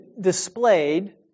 displayed